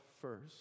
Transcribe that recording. first